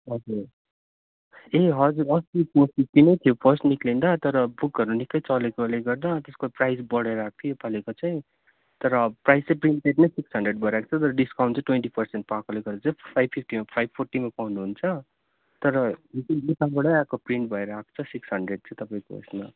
हजुर ए हजुर अस्ति फोर फिफ्टी नै थियो फर्स्ट निक्लिँदा तर बुकहरू निकै चलेकोले गर्दा त्यसको प्राइस बढेर आएको थियो योपालिको चैँचाहिँ तर अब प्राइस चाहिँ प्रिन्टेडमै सिक्स हन्ड्रेड भएर आएको छ तर डिस्काउन्ट चाहिँ ट्वेन्टी पर्सेन्ट पाएकोले गर्दा चाहिँ फाइभ फिफ्टीमा फाइभ फोर्टीमा पाउनुहुन्छ तर यो चाहिँ नेपालबाटै आएको प्रिन्ट भएर आएको सिक्स हन्ड्रेड चाहिँ तपाईँको ऊ यसमा